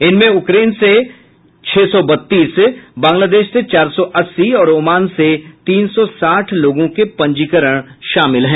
इनमें उक्रेन से छह सौ बत्तीस बंगलादेश से चार सौ अस्सी और ओमान से तीन सौ साठ लोगों के पंजीकरण शामिल हैं